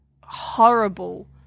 horrible